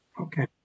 Okay